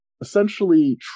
essentially